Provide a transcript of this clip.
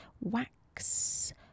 wax